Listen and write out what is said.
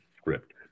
script